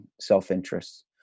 self-interest